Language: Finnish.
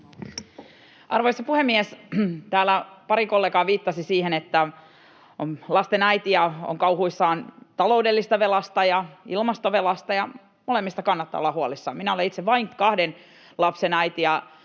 Arvoisa puhemies! Täällä pari kollegaa viittasi siihen, että on lasten äiti ja on kauhuissaan taloudellisesta velasta ja ilmastovelasta, ja molemmista kannattaa olla huolissaan. Minä olen itse vain kahden lapsen äiti,